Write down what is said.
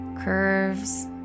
curves